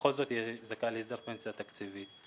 בכל זאת זכאי להסדר פנסיה תקציבית.